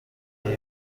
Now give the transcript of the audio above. amwe